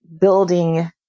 building